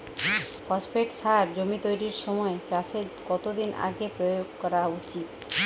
Phosphate সার জমি তৈরির সময় চাষের কত দিন আগে প্রয়োগ করা উচিৎ?